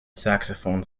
saxophone